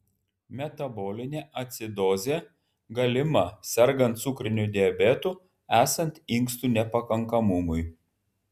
metabolinė acidozė galima sergant cukriniu diabetu esant inkstų nepakankamumui